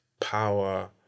power